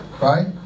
Right